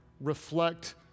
reflect